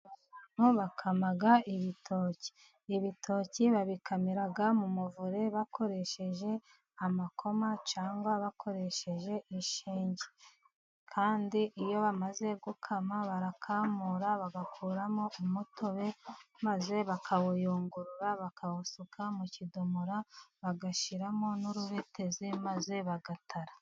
Abantu bakama ibitoki, ibitoki babikamira mu muvure, bakoresheje amakoma cyangwa bakoresheje ishinge, kandi iyo bamaze gukama barakamura, bagakuramo umutobe, maze bakawuyungurura, bakawusuka mu kidomora, bagashyiramo n'urubetezi maze bagatara.